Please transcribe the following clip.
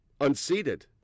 unseated